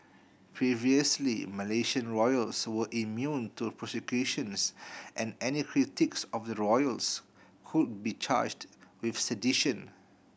previously Malaysian royals were immune to prosecutions and any critics of the royals could be charged with sedition